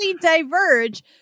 diverge